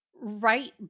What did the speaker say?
right